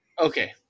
Okay